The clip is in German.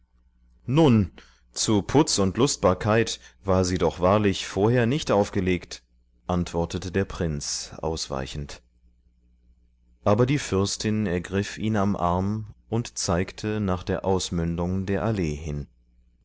nun zu putz und lustbarkeit war sie doch wahrlich vorher nicht aufgelegt antwortete der prinz ausweichend aber die fürstin ergriff ihn am arm und zeigte nach der ausmündung der allee hin